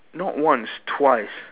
not once twice